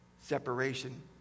separation